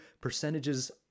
percentages